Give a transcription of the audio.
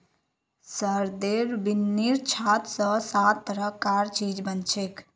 शहदेर बिन्नीर छात स सात तरह कार चीज बनछेक